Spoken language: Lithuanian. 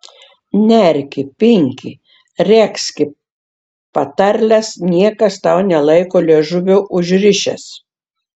nerki pinki regzki patarles niekas tau nelaiko liežuvio užrišęs